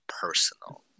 personal